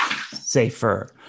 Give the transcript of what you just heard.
safer